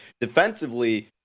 defensively